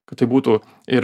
kad tai būtų ir